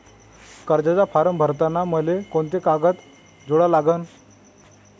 कर्जाचा फारम भरताना मले कोंते कागद जोडा लागन?